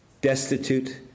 destitute